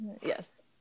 Yes